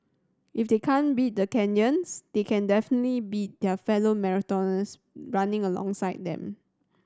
if they can't beat the Kenyans they can definitely beat their fellow marathoners running alongside them